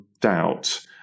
doubt